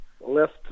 left